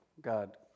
God